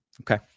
Okay